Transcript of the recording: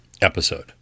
episode